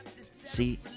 see